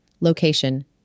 location